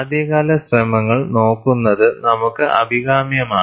ആദ്യകാല ശ്രമങ്ങൾ നോക്കുന്നത് നമുക്ക് അഭികാമ്യമാണ്